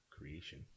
creation